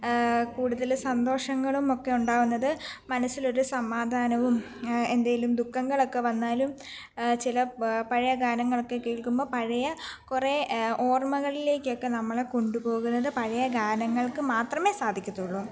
കൂടുതൽ സന്തോഷങ്ങളുമോ ഉണ്ടാകുന്നത് മനസിൽ ഒരു സമാധാനവും എന്തേലും ദുഖങ്ങളും സന്തോഷളുമൊക്കെ വന്നാലും ചി ല പഴയ ഗാനങ്ങളൊക്കെ കേൾക്കുമ്പം പഴയ കുറേ ഓർമ്മകൾളേക്കൊക്കെ നമ്മളെ കൊണ്ടുപോകുന്നത് പഴയ ഗാനങ്ങൾക്ക് മാത്രമെ സാധിക്കത്തൊള്ളു